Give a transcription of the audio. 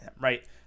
right